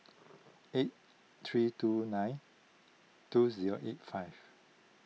eight three two nine two zero eight five